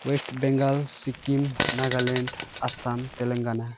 West Bengal Sikkim Nagaland Assam Telangana